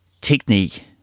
technique